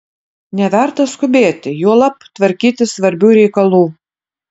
neverta skubėti juolab tvarkyti svarbių reikalų